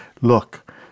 look